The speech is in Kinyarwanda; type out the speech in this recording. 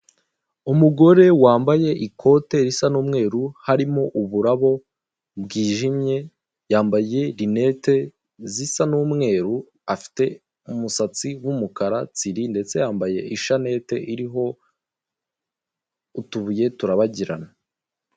Umugore wambaye ikote risa n'umweru harimo uburabo bwijimye yambaye linete zisa n'umweru, afite umusatsi wumukara tsiri ndetse yambaye ishanete iriho utubuye turabagirana.